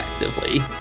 effectively